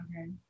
Okay